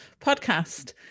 podcast